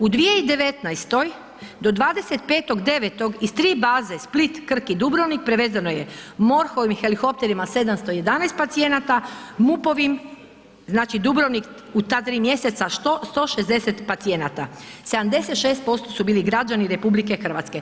U 2019. do 25.9. iz tri baze Split, Krk i Dubrovnik prevezeno je MORH-ovim helikopterima 711 pacijenata, MUP-ovim znači Dubrovnik u ta 3 mjeseca 160 pacijenata, 76% su bili građani RH.